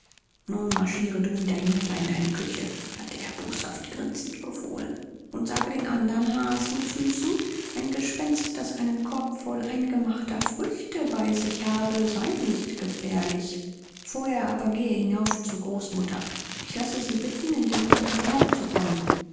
nun marschiere du wieder hinunter in deine küche hatte er boshaft grinsend befohlen und sage den anderen hasenfüßen ein gespenst das einen korb voll eingemachter früchte bei sich habe sei nicht gefährlich vorher aber gehe hinauf zur großmama ich lasse sie bitten in den roten salon zu kommen